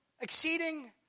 exceeding